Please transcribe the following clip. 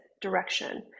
direction